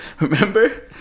Remember